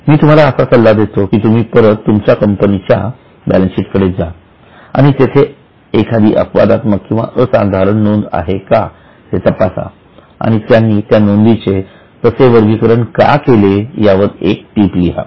मी तुम्हाला असा सल्ला देतो की तुम्ही परत तुमच्या कंपनीचा बॅलन्सशीट कडे जा आणि तेथे एखादी अपवादात्मक किंवा असाधारण नोंद आहे का ते तपासा आणि त्यांनी त्या नोंदीचे तसे वर्गीकरण का केले यावर एक टीप लिहा